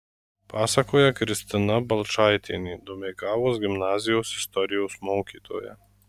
pasakoja kristina balčaitienė domeikavos gimnazijos istorijos mokytoja